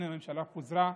הממשלה פוזרה,